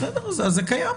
בסדר, אז זה קיים.